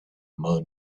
moon